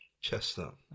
chestnut